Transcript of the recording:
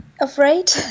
afraid